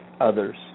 others